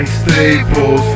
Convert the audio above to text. staples